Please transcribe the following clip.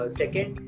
second